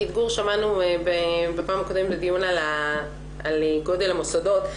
כי את גור שמענו בפעם הקודמת בדיון על גודל המוסדות.